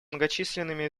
многочисленными